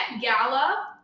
Gala